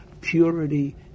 purity